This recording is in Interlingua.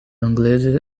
anglese